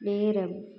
நேரம்